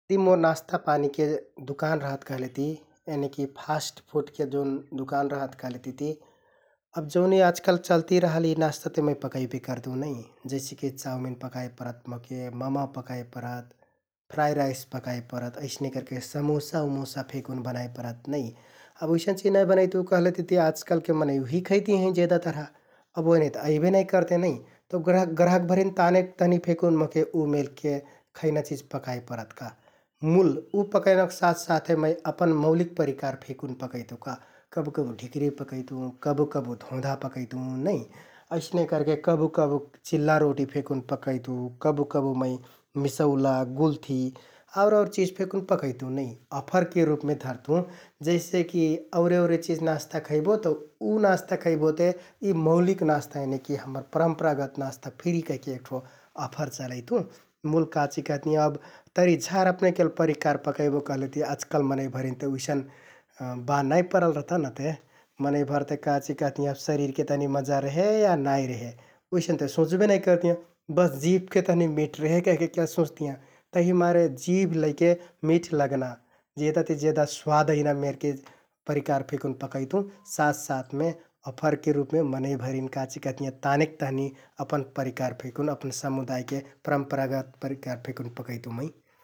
यदि मोर नास्तापानीके दुकान रहत कहलेति यनिकि फास्टफुडके जौन दुकान रहत कहलेतिति । अब जौन यि आजकाल चल्ति रहल नास्ता ते मै पकैबे करतुँ नै । जैसेकि चाउमिन पकाइ परत मोहके, म:म पकाइ परत, फ्राइ राइस पकाइ परत । अइसने करके समुसा उमुसा फेकुन बनाइ परत नै । उइसन चिज नाइ बनैतुँ कहलेतिति आजकालके मनैं उहि खैति हैं जेदा तरह । अब ओइनें ते अइबे नाइ करतें नै तौ ग्राहाक- ग्राहाकभरिन तानेक तहनि फेकुन मोहके उ मेलके खैना चिज पकाइ परत का मुल उ पकैनाक साथ साथै मै अपन मौलिक परिकार फेकुन पकैतुँ का । कबु कबु ढिक्रि पकैतुँ, कबु कबु धोंधा पकैतुँ नै, अइसने करेके कबु कबु चिल्ला रोटि फेकुन पकैतुँ, कबु कबु मै मिसौला, गुल्ठि आउर आउर चिज फेकुन पकैतुँ नै, अफरके रुपमे धरतुँ । जैसेकि औरे औरे चिझ नास्ता खैबो तौ उ नास्ता खैबो ते यि मौलिक नास्ता यानिकि हम्मर परम्परागत नास्ता फ्रि कहिके एक ठो अफर चलैतुँ मुल काचिकहतियाँ अब तरिझार अपने केल परिकार पकैबो कहलेति आझकाल मनैंभरिन ते उइसन बान नाइ परल रहता नाते । मनैंभर ते काचिकहतियाँ शरिरके तहनि मजा रेहे या नाइ रेहे उइसन ते सुँच्बे नाइ करतियाँ । बस जिभके तहनि केल मिठ रेहे सुँचतियाँ तहिमारे जिभ लैके मिठ लगना जेदा ति जेदा स्वाद अइना मेरके परिकार फेकुन पकैतुँ । साथ साथमे अफरके रुपमे मनैंभरिन काचिकहतियाँ तानेक तहनि अपन परिकार फेकुन, अपन समुदायके परम्परागत परिकार फेकुन पकैतुँ मै ।